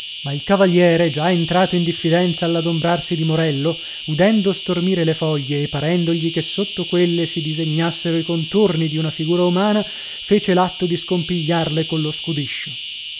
ma il cavaliere già entrato in diffidenza all'adombrarsi di morello udendo stormire le foglie e parendogli che sotto quelle si disegnassero i contorni di una figura umana fece l'atto di scompigliarle collo scudiscio